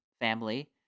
family